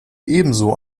ebenso